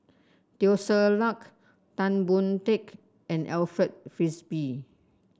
Teo Ser Luck Tan Boon Teik and Alfred Frisby